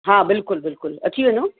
हा बिल्कुलु बिल्कुलु अची वञो